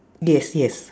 yes yes